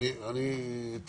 לא אמרנו שזה הולך להיות אסון.